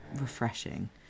Refreshing